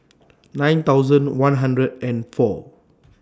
nine thousand one hundred and four